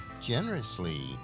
generously